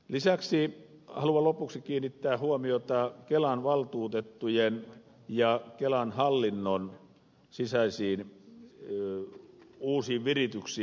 lisäksi haluan lopuksi kiinnittää huomiota kelan valtuutettujen ja kelan hallinnon sisäisiin uusiin virityksiin